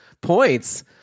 points